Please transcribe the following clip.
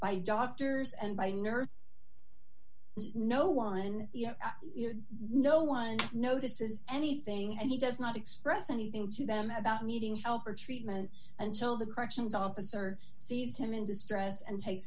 by doctors and by nurse and no one no one notices anything and he does not express anything to them about needing help or treatment until the corrections officer sees him in distress and take